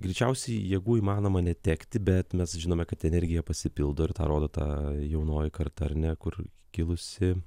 greičiausiai jėgų įmanoma netekti bet mes žinome kad energija pasipildo ir tą rodo ta jaunoji karta ar ne kur kilusi